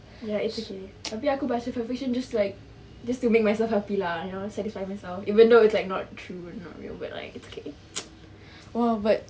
ya it's okay tapi aku baca fan fiction just like just to make myself happy lah you know satisfy myself even though it's like not true not real but like it's okay